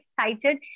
excited